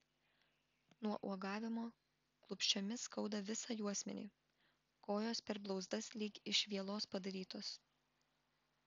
nuo uogavimo klupsčiomis skauda visą juosmenį kojos per blauzdas lyg iš vielos padarytos